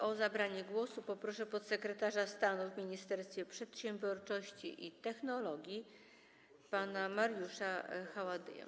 O zabranie głosu proszę podsekretarza stanu w Ministerstwie Przedsiębiorczości i Technologii pana Mariusza Haładyja.